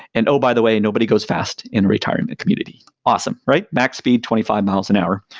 and oh, by the way, nobody goes fast in a retirement community. awesome, right? max speed twenty five miles an hour.